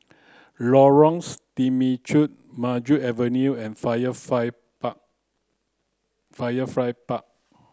Temechut Maju Avenue and Firefly Park Firefly Park